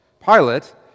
Pilate